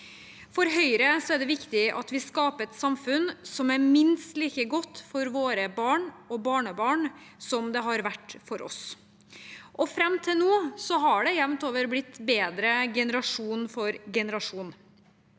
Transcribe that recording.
For Høyre er det viktig at vi skaper et samfunn som er minst like godt for våre barn og barnebarn som det har vært for oss. Fram til nå har det jevnt over blitt bedre generasjon for generasjon.